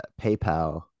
paypal